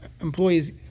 employees